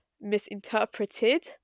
misinterpreted